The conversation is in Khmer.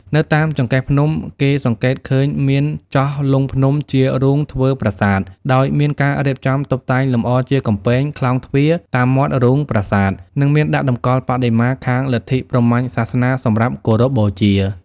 នៅ តាមចង្កេះភ្នំ គេសង្កេតឃើញមានចោះលុងភ្នំជារូងធ្វើប្រាសាទដោយមានការរៀបចំ តុបតែងលម្អជាកំពែង ក្លោងទ្វារ តាមមាត់រូងប្រាសាទ និងមានដាក់តម្កល់បដិមាខាង លទ្ធិព្រហ្មញ្ញសាសនា សម្រាប់គោរពបូជា